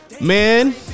Man